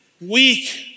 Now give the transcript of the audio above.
weak